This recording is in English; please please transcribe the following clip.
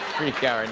freak out right and